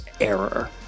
Error